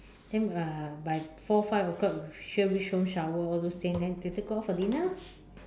then uh by four five o-clock you sure reach home shower all those things then later go out for dinner lah